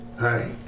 Hey